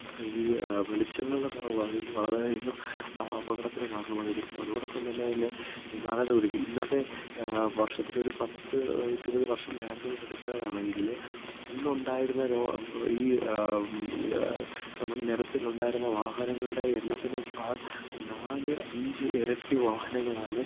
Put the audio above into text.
ഈ വെളിച്ചങ്ങളുടെ കുറവ് ബാധിക്കും വളരെയധികം അപകടത്തിന് കാരണമാകും ഇത് അതോടൊപ്പം തന്നെ തന്നെ ഗതാഗത കുരുക്ക് ഇന്നത്തെ വര്ഷത്തിലൊരു പത്ത് ഇരുപത് വര്ഷം ബാക്കിലോട്ടെടുക്കുകയാണെങ്കിൽ അന്നുണ്ടായിരുന്ന ഓരോ ഈ നമ്മുടെ നിരത്തിലുണ്ടായിരുന്ന വാഹനങ്ങളുടെ എണ്ണത്തിനേക്കാള് നാല് അഞ്ച് ഇരട്ടി വാഹനങ്ങളാണ്